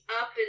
up